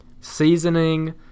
seasoning